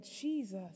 Jesus